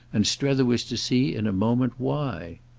and strether was to see in a moment why.